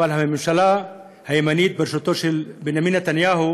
אבל הממשלה הימנית בראשותו של בנימין נתניהו